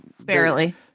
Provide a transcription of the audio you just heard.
barely